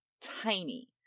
tiny